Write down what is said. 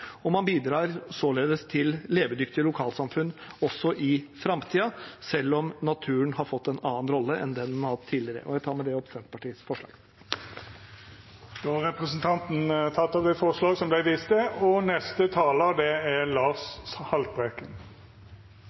og man bidrar således til levedyktige lokalsamfunn også i framtiden, selv om naturen har fått en annen rolle enn det den har hatt tidligere. Jeg tar med dette opp forslaget fra Senterpartiet, SV og Miljøpartiet De Grønne. Då har representanten Ole André Myhrvold teke opp det forslaget han viste til.